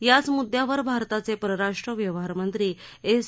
याच मुद्दयावर भारताचे परराष्ट्र व्यवहार मंत्री एस